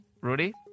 Rudy